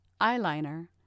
eyeliner